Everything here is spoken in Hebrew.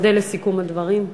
אודה על סיכום הדברים.